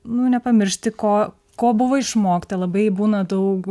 nu nepamiršti ko ko buvo išmokta labai būna daug